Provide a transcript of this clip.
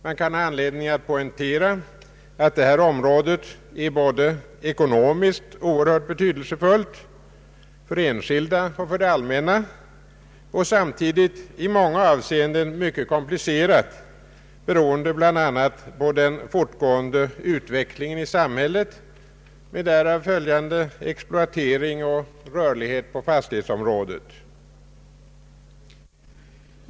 Man kan ha anledning att poängtera att det här området är både ekonomiskt oerhört betydelsefullt för enskilda och för det allmänna och samtidigt i många avseenden mycket komplicerat, beroende bl.a. på den fortgående utvecklingen i samhället med därav följande exploatering och rörlighet på fastighetsområdet.